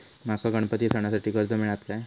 माका गणपती सणासाठी कर्ज मिळत काय?